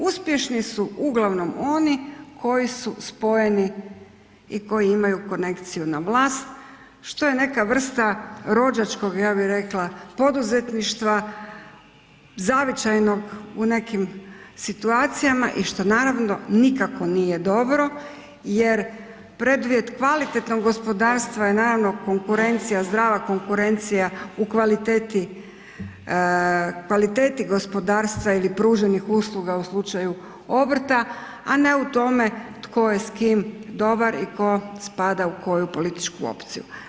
Uspješni su uglavnom oni koji su spojeni i koji imaju konekciju na vlast što je neka vrsta rođačkog, ja bih rekla, poduzetništva, zavičajnog u nekim situacijama i što naravno nikako nije dobro jer preduvjet kvalitetnog gospodarstva je zdrava konkurencija u kvaliteti gospodarstva ili pruženih usluga u slučaju obrta, a ne u tome tko je s kim dobar i tko spada u koju političku opciju.